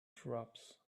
shrubs